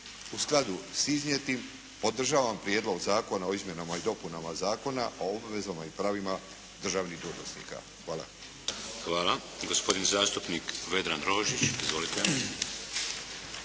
U skladu s iznijetim, podržavam prijedlog Zakona o izmjenama i dopunama Zakona o obvezama i pravima državnih dužnosnika. Hvala. **Šeks, Vladimir (HDZ)** Hvala. Gospodin zastupnik Vedran Rožić. Izvolite.